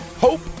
Hope